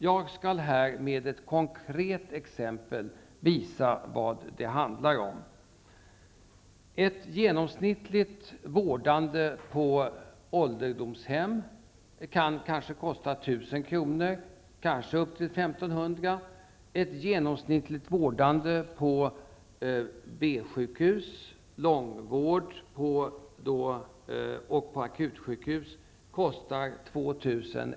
Jag skall här med ett konkret exempel visa vad det handlar om. Ett genomsnittligt vårdande på ålderdomshem kan kosta 1 000 kr., kanske upp till 1 500 kr. Ett genomsnittligt vårdande på B-sjukhus, långvårdssjukhus och akutsjukhus kostar 2 000 kr.